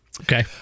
Okay